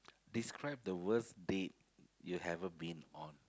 describe the worst date you ever been on